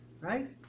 right